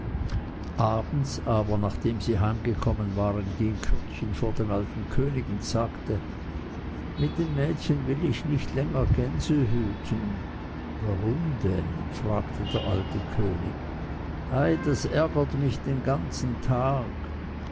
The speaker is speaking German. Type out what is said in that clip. abends aber nachdem sie heim gekommen waren ging kürdchen vor den alten könig und sagte mit dem mädchen will ich nicht länger gänse hüten warum denn fragte der alte könig ei das ärgert mich den ganzen tag